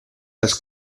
las